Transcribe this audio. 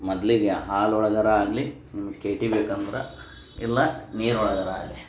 ಮೊದ್ಲಿಗೆ ಹಾಲು ಒಳಗಾರೂ ಆಗಲಿ ಕೆ ಟಿ ಬೇಕಂದ್ರೆ ಇಲ್ಲ ನೀರು ಒಳಗಾರೂ ಆಗಲಿ